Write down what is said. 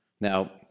Now